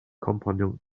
companion